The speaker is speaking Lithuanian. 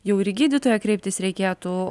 jau ir į gydytoją kreiptis reikėtų